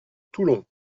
toulon